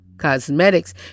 cosmetics